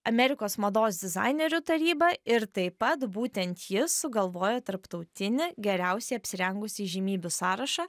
amerikos mados dizainerių tarybą ir taip pat būtent jis sugalvojo tarptautinį geriausiai apsirengusių įžymybių sąrašą